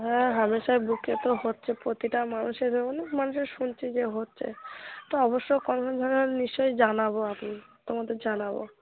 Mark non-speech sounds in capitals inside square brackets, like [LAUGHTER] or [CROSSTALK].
হ্যাঁ হামেশাই বুকে তো হচ্ছে প্রতিটা মানুষের হলে মানুষের শুনছি যে হচ্ছে তো অবশ্য কমন [UNINTELLIGIBLE] নিশ্চয়ই জানাবো আপনি তোমাদের জানাবো